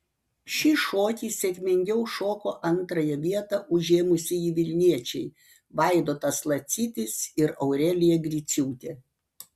šį šokį sėkmingiau šoko antrąją vietą užėmusieji vilniečiai vaidotas lacitis ir aurelija griciūtė